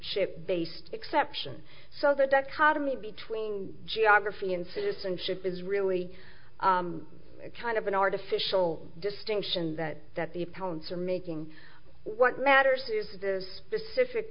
ship based exception so that ca to me between geography and citizenship is really kind of an artificial distinction that that the parents are making what matters is that the specific